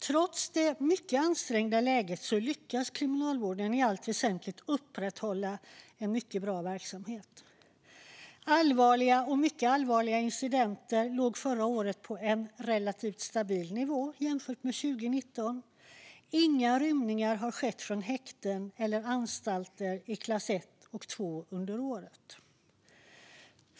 Trots det mycket ansträngda läget lyckas kriminalvården i allt väsentligt upprätthålla en mycket bra verksamhet. Allvarliga och mycket allvarliga incidenter låg förra året på en relativt stabil nivå jämfört med 2019. Inga rymningar har skett från häkten eller anstalter i klass 1 och 2 under året.